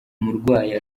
umurwayi